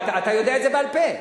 אתה יודע את זה בעל-פה.